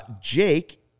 Jake